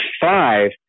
five